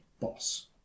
boss